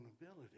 ability